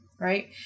right